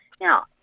Now